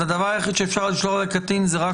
הדבר היחיד שאפשר לשלוח לקטין זה רק